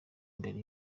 imbere